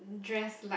dress like